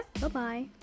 Bye-bye